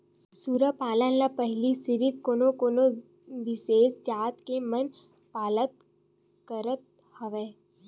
सूरा पालन ल पहिली सिरिफ कोनो कोनो बिसेस जात के मन पालत करत हवय